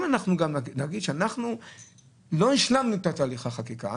אם אנחנו נגיד שאנחנו לא השלמנו את תהליך החקיקה,